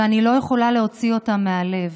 ואני לא יכולה להוציא אותן מהלב.